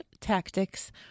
tactics